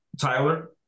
Tyler